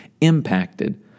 impacted